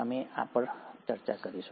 અમે આ પર આવીશું